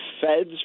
feds